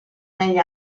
negli